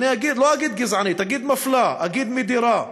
אני לא אגיד גזענית, אגיד מפלה, אגיד מדירה.